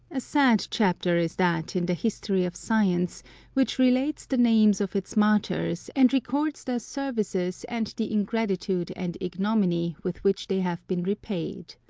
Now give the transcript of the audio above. a sad chapter is that in the history of science which relates the names of its martyrs, and records their services and the ingratitude and ignominy with which they have been repaid.